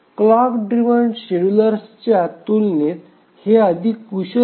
clock driven शेड्युलर्सच्या तुलनेत हे अधिक कुशल आहेत